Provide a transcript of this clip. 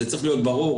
זה צריך להיות ברור,